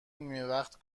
نیمهوقت